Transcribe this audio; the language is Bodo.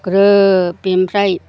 ग्रोब बेनिफ्राय